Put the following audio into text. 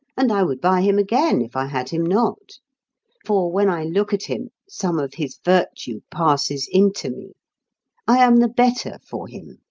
and i would buy him again if i had him not for when i look at him some of his virtue passes into me i am the better for him.